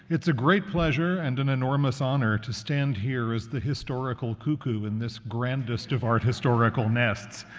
it's a great pleasure and an enormous honor to stand here as the historical cuckoo in this grandest of art historical nests.